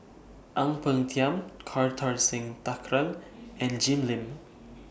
Ang Peng Tiam Kartar Singh Thakral and Jim Lim